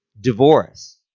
divorce